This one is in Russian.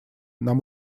нам